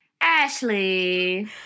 Ashley